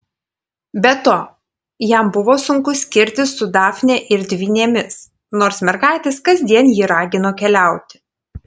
be to jam buvo sunku skirtis su dafne ir dvynėmis nors mergaitės kasdien jį ragino keliauti